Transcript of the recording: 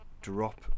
drop